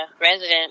resident